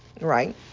right